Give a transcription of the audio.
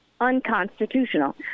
unconstitutional